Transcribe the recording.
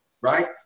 right